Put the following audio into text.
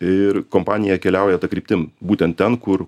ir kompanija keliauja ta kryptim būtent ten kur